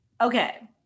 okay